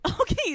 okay